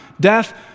Death